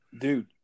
dude